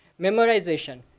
Memorization